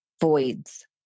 voids